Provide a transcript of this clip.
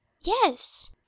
yes